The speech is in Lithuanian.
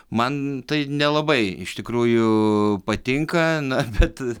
man tai nelabai iš tikrųjų patinka na bet